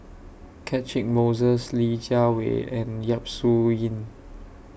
Catchick Moses Li Jiawei and Yap Su Yin